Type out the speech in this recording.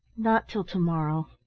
not till to-morrow.